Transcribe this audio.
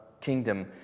kingdom